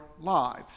lives